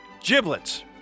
Giblets